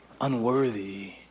unworthy